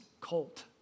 colt